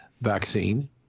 vaccine